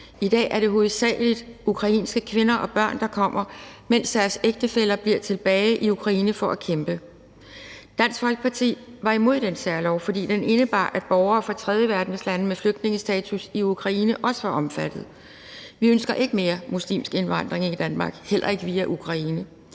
I dag er det hovedsagelig ukrainske kvinder og børn, der kommer, mens deres ægtefæller bliver tilbage i Ukraine for at kæmpe. I Dansk Folkeparti var vi imod den særlov, fordi den indebar, at borgere fra tredjeverdenslande med flygtningestatus i Ukraine også var omfattet. Vi ønsker ikke mere muslimsk indvandring i Danmark, heller ikke via Ukraine.